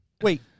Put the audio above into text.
Wait